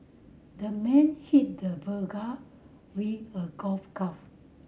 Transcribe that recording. the man hit the burglar with a golf club